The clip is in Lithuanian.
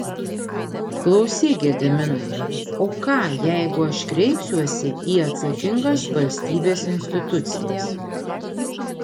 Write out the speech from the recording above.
klausyk gediminai o ką jeigu aš kreipsiuosi į atsakingas valstybės institucijas